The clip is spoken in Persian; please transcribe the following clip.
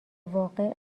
واقع